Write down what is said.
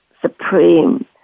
supreme